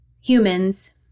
humans